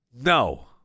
No